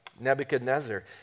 Nebuchadnezzar